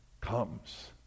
comes